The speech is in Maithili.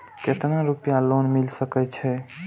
केतना रूपया लोन मिल सके छै?